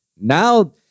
Now